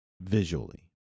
visually